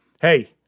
hey